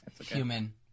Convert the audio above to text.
human